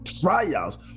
trials